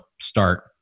start